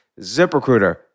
ZipRecruiter